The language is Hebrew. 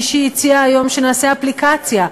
מישהי הציעה היום שנעשה אפליקציה,